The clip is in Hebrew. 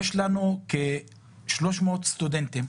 יש לנו כ-300 סטודנטים